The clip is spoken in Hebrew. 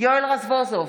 יואל רזבוזוב,